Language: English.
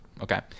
okay